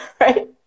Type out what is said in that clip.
right